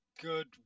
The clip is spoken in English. good